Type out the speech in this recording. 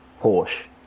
Porsche